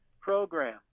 program